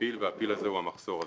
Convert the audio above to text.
פיל והפיל הזה הוא המחסור הזה.